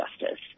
justice